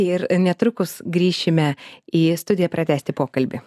ir netrukus grįšime į studiją pratęsti pokalbį